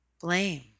blame